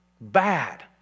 bad